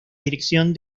dirección